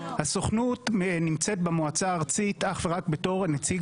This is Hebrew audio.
הסוכנות נמצאת במועצה הארצית אך ורק בתור נציג